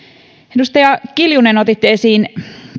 edustaja kiljunen otitte esiin